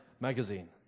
magazine